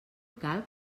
calc